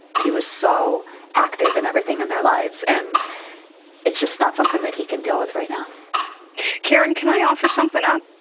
he was so active and everything in their lives. and it's just not something that he can deal with right now karen, can i offer something up?